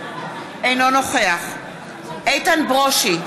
אינו נוכח איתן ברושי,